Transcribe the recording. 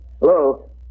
Hello